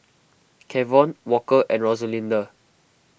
Kevon Walker and Rosalinda